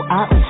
up